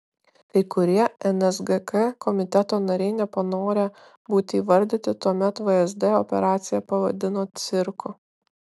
kai kurie nsgk komiteto nariai nepanorę būti įvardyti tuomet vsd operaciją pavadino cirku